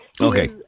Okay